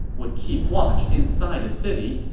would keep watch inside the city,